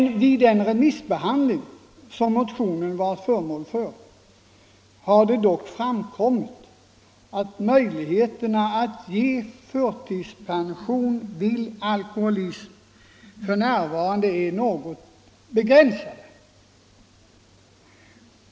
Vid den remissbehandling som motionen varit föremål för har det dock framkommit att möjligheterna att ge förtidspension vid alkoholism f. n. är alltför begränsade.